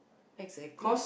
exactly